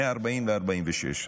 מ-40 ל-46.